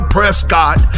Prescott